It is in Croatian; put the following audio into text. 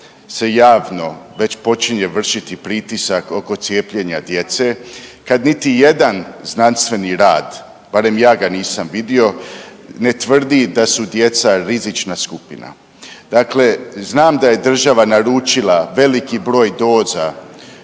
se javno već počinje vršiti pritisak oko cijepljenja djece kad niti jedan znanstveni rad, barem ja ga nisam vidio, ne tvrdi da su djeca rizična skupina. Dakle, znam da je država naručila veliki broj doza,